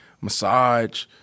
massage